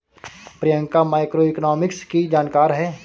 Priyanka macroeconomics की जानकार है